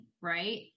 right